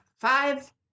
five